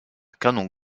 canon